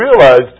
realized